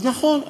אז נכון,